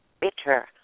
bitter